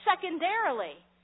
secondarily